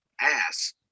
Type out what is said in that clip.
ass